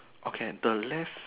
okay the left